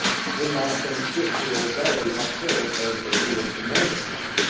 and did not think fit to obey what herod, as their ruler, commanded him,